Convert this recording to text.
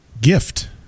gift